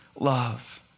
love